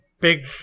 big